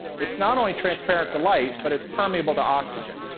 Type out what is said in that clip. it's not only transparent to light but it's permeable to oxygen.